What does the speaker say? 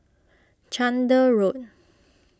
Chander Road